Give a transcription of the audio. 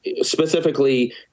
specifically